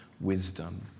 wisdom